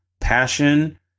passion